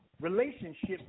relationship